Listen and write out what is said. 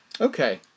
Okay